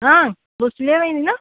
हां भोसले वैनी ना